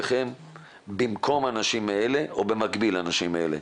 האם הוועדה יכולה לפנות אליכם במקום האנשים האלה או במקביל לאנשים האלה?